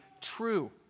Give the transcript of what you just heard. true